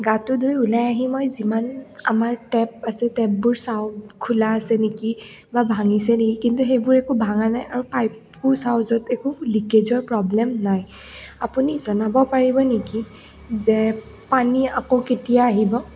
গাটো ধুই ওলাই আহি মই যিমান আমাৰ টেপ আছে টেপবোৰ চাওঁ খোলা আছে নেকি বা ভাঙিছে নেকি কিন্তু সেইবোৰ একো ভাঙা নাই আৰু পাইপো চাওঁ য'ত একো লিকেজৰ প্ৰব্লেম নাই আপুনি জনাব পাৰিব নেকি যে পানী আকৌ কেতিয়া আহিব